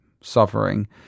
suffering